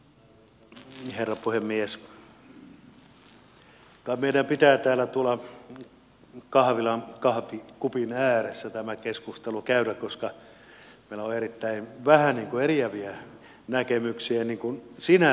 kai meidän pitää tuolla kahvilan kahvikupin ääressä tämä keskustelu käydä koska meillä on erittäin vähän eriäviä näkemyksiä sinällään